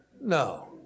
No